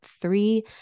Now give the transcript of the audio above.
three